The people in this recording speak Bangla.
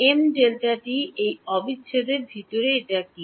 mΔt to Δt এবং এই অবিচ্ছেদের ভিতরে এটি কী